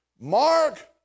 Mark